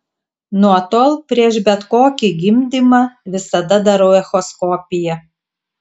nuo tol prieš bet kokį gimdymą visada darau echoskopiją